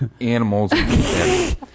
animals